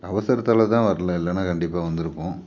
அவசரத்தால் தான் வர்லை இல்லைன்னா கண்டிப்பாக வந்திருப்போம்